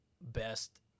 best